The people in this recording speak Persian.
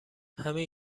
همین